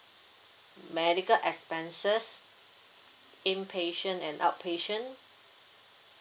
medical expenses inpatient and outpatient